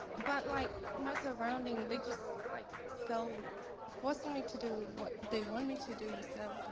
but like my surrounding, they just like so forcing me to do what they want me to do instead